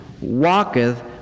walketh